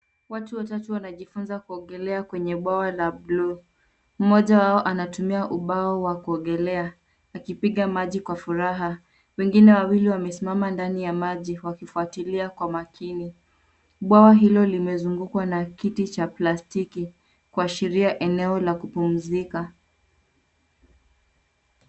Watu watatu wanajifunza kuogelea kwenye bwawa la bluu. Mmoja wao anatumia ubao wa kuogelea, akipiga maji kwa furaha, wengine wawili wamesimama ndani ya maji wakifuatilia kwa makini. Bwawa hilo limezungukwa na kiti cha plastiki kuashiria eneo la kupumzika.